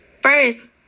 First